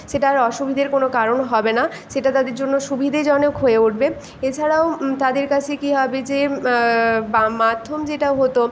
সেটা আর অসুবিধের কোনো কারণ হবে না সেটা তাদের জন্য সুবিধেজনক হয়ে উঠবে এছাড়াও তাদের কাছে কী হবে যে বা মাধ্যম যেটা হতো